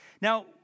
Now